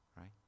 right